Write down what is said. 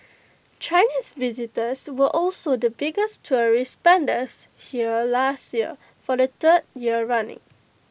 Chinese visitors were also the biggest tourist spenders here last year for the third year running